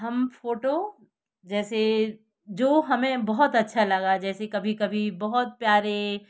हम फ़ोटो जैसे जो हमें बहुत अच्छा लगा जैसी कभी कभी बहुत प्यारे